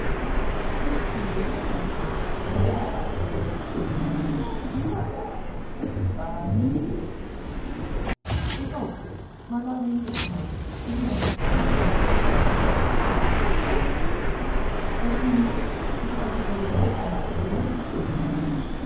ik zie jullie rijtuig voor ga je uit ja straks een pàar visite's ik ook maar laat mij je niet ophouden ik moet naar constance van middag wij ok o jullie ook ik had eigenlijk wel willen wachten tot ze eens bij mij is geweest